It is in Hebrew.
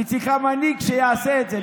והיא צריכה מנהיג שיעשה את זה.